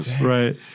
Right